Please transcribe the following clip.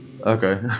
Okay